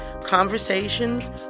conversations